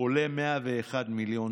אולי אפילו לא שמעתם